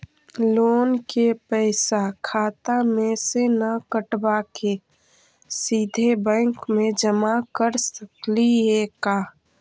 Loan के पैसा खाता मे से न कटवा के सिधे बैंक में जमा कर सकली हे का?